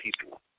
people